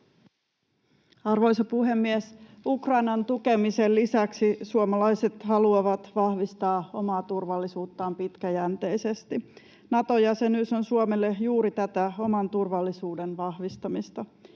Arvoisa puhemies! Ukrainan tukemisen lisäksi suomalaiset haluavat vahvistaa omaa turvallisuuttaan pitkäjänteisesti. Nato-jäsenyys on Suomelle juuri tätä oman turvallisuuden vahvistamista.